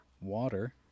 water